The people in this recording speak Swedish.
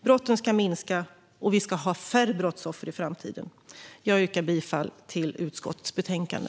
Brotten ska minska, och vi ska ha färre brottsoffer i framtiden. Jag yrkar bifall till förslaget i utskottets betänkande.